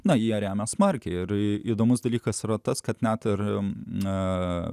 na jie remiasi smarkiai ir įdomus dalykas yra tas kad nato ir na